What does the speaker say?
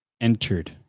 entered